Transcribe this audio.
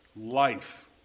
Life